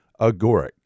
Agoric